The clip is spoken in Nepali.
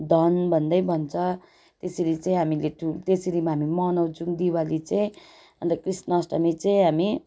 धन भन्दै भन्छ त्यसरी चाहिँ हामीले त्यसरी हामी मनाउँछौँ दिवाली चाहिँ अन्त कृष्ण अष्टमी चाहिँ हामी